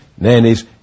nannies